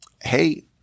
hey